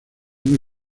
muy